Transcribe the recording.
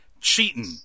Cheating